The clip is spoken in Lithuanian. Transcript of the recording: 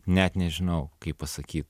net nežinau kaip pasakyt